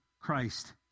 Christ